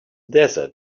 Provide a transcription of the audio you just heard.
desert